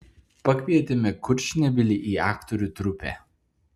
pakvietėme kurčnebylį į aktorių trupę